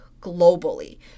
globally